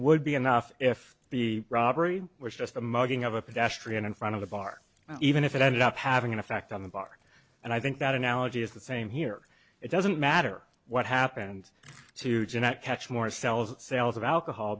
would be enough if the robbery was just the mugging of a pedestrian in front of the bar even if it ended up having an effect on the bar and i think that analogy is the same here it doesn't matter what happened to jeanette catch more cells sales of alcohol